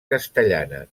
castellana